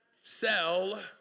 Sell